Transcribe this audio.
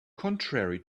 contrary